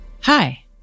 Hi